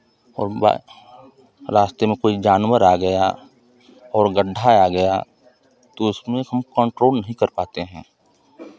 और गाय रास्ते में कोइ जानवर आ गया और गड्ढा आ गया तो उसमें हम कंट्रोल नहीं कर पाते हैं